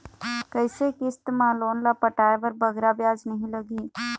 कइसे किस्त मा लोन ला पटाए बर बगरा ब्याज नहीं लगही?